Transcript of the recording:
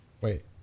Wait